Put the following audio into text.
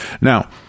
Now